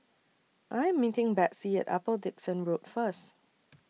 I Am meeting Betsey At Upper Dickson Road First